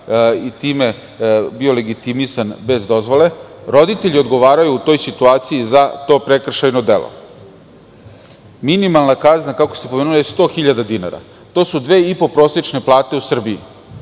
i time bio legitimisan bez dozvole, roditelji odgovaraju u toj situaciji za to prekršajno delo? Minimalna kazna, kako ste pomenuli, je 100.000 dinara. To su dve i po prosečne plate u Srbiji.